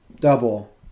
Double